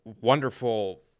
wonderful